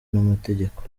n’amategeko